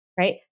Right